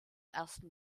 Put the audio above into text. ersten